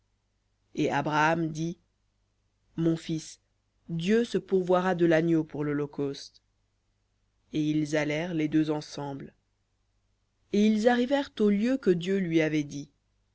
et abraham dit mon fils dieu se pourvoira de l'agneau pour l'holocauste et ils allaient les deux ensemble et ils arrivèrent au lieu que dieu lui avait dit